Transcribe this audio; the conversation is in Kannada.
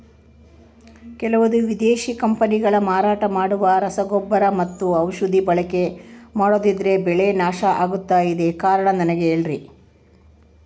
ಕೆಲವಂದು ವಿದೇಶಿ ಕಂಪನಿಗಳು ಮಾರಾಟ ಮಾಡುವ ರಸಗೊಬ್ಬರ ಮತ್ತು ಔಷಧಿ ಬಳಕೆ ಮಾಡೋದ್ರಿಂದ ಬೆಳೆ ನಾಶ ಆಗ್ತಾಇದೆ? ಕಾರಣ ನನಗೆ ಹೇಳ್ರಿ?